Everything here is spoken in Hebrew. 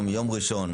היום יום ראשון,